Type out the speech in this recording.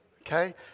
Okay